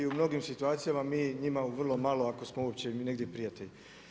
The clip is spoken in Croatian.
U mnogim situacijama mi njima vrlo malo ako smo uopće mi negdje prijatelji.